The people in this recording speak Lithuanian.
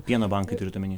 pieno bankai turit omeny